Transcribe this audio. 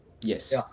Yes